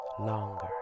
longer